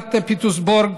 קהילת פיטסבורג.